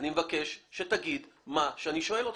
אני מבקש שתענה על מה שאני שואל אותך.